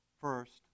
First